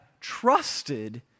trusted